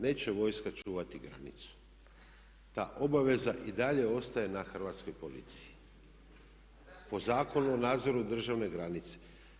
Neće vojska čuvati granicu, ta obaveza i dalje ostaje na hrvatskoj policiji po Zakonu o nadzoru državne granice.